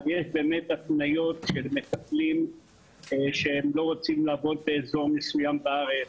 אבל יש התניות של מטפלים שהם לא רוצים לעבוד באזור מסוים בארץ,